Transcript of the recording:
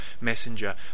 messenger